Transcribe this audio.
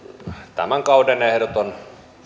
tämän kauden ehdoton